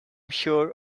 sure